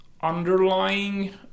underlying